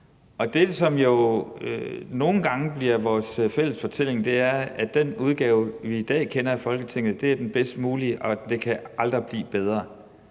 og det, som jo nogle gange bliver vores fælles fortælling, er, at den udgave af Folketinget, vi kender i dag, er den bedst mulige, og at det aldrig kan blive bedre.